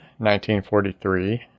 1943